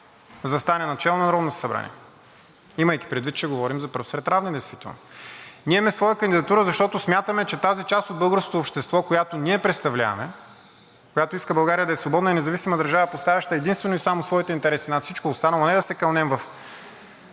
застане начело на Народното събрание, имайки предвид, че говорим за пръв сред равни действително. Ние имаме своя кандидатура, защото смятаме, че тази част от българското общество, която ние представляваме, която иска България да е свободна и независима държава, поставяща единствено и само своите интереси над всичко останало, а не да се кълнем в